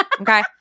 okay